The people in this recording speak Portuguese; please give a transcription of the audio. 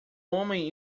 homem